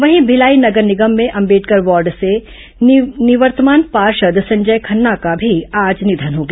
वहीं भिलाई नगर निगम में अंबेडकर वार्ड से निर्वतमान पार्षद संजय खन्ना का भी आज निधन हो गया